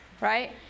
Right